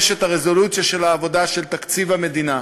יש רזולוציה של העבודה של תקציב המדינה,